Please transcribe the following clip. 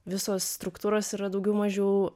visos struktūros yra daugiau mažiau